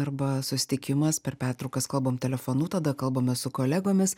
arba susitikimas per pertraukas kalbam telefonu tada kalbame su kolegomis